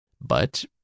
But